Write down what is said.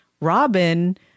Robin